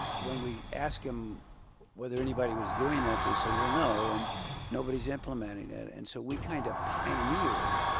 when we ask them whether anybody was doing that, they said, well no, and nobody's implementing it. and so we kind of pioneered